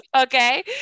okay